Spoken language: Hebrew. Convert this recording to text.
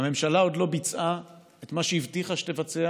הממשלה עוד לא ביצעה את מה שהבטיחה שתבצע